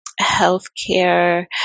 healthcare